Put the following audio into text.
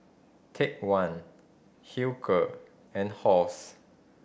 Take One Hilker and Halls